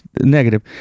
Negative